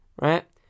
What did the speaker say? right